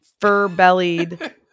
fur-bellied